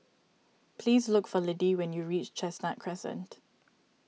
please look for Liddie when you reach Chestnut Crescent